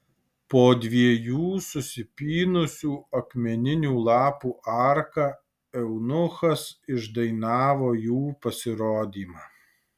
po dviejų susipynusių akmeninių lapų arka eunuchas išdainavo jų pasirodymą